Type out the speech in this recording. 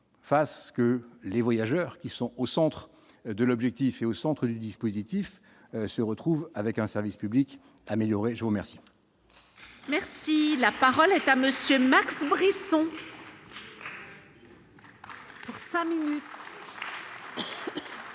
fasse que les voyageurs qui sont au centre de l'objectif est au centre du dispositif se retrouve avec un service public amélioré, je vous remercie. Merci, la parole est à monsieur Max mourir. Monsieur le président,